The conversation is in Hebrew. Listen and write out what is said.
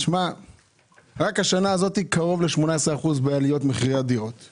רק בשנה זאת עלו מחירי הדירות בכ-18%.